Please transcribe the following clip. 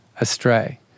astray